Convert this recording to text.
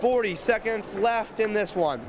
forty seconds left in this one